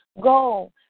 Go